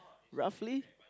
roughly